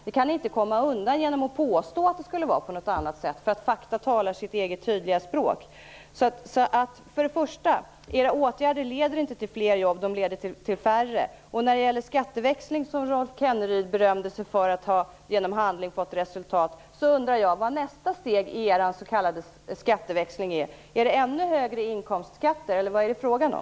Det kan ni inte komma undan genom att påstå att det skulle vara på något annat sätt, för fakta talar sitt eget tydliga språk. För det första: Era åtgärder leder inte till fler jobb. De leder till färre jobb. Eftersom Rolf Kenneryd när det gäller skatteväxlingen berömde sig för att genom handling ha fått resultat, så undrar jag vad nästa steg i er s.k. skatteväxling blir. Är det ännu högre inkomstskatter eller vad är det fråga om?